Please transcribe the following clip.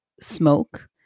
smoke